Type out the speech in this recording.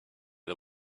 the